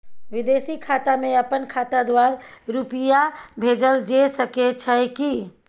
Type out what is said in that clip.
विदेशी खाता में अपन खाता द्वारा रुपिया भेजल जे सके छै की?